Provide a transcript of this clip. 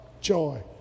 joy